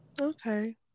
Okay